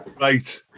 Right